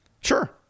sure